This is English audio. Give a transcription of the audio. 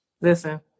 Listen